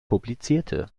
publizierte